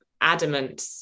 adamant